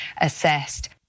assessed